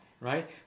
right